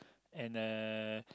and uh